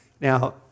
Now